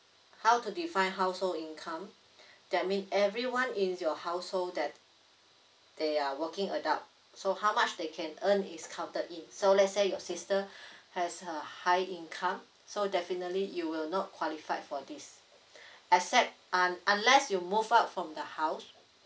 how to define household income that mean everyone in your household that they are working adult so how much they can earn is counted in so let's say your sister has a high income so definitely you will not qualified for this except un~ unless you move out from the house